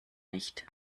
nicht